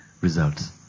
results